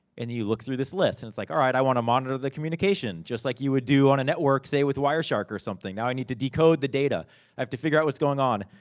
and you look through this list, and it's like, alright i want to monitor the communication. just like you would do on a network, say with wire shark or something. now i need to decode the data. i have to figure out what's going on.